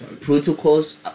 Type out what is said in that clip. protocols